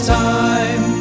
time